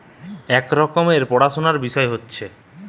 এক রকমের পড়াশুনার বিষয় হতিছে